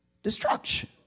Destruction